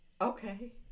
Okay